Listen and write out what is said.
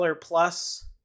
plus